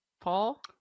Paul